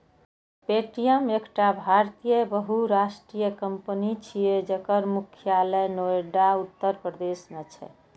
Paytm एकटा भारतीय बहुराष्ट्रीय कंपनी छियै, जकर मुख्यालय नोएडा, उत्तर प्रदेश मे छै